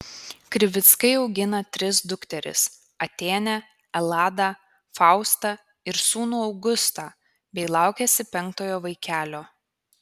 krivickai augina tris dukteris atėnę eladą faustą ir sūnų augustą bei laukiasi penktojo vaikelio